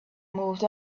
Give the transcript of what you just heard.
moved